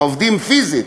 עובדים פיזית,